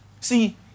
See